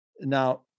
now